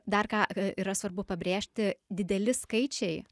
dar ką yra svarbu pabrėžti dideli skaičiai